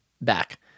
back